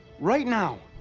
right now.